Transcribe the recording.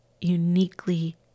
uniquely